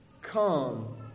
come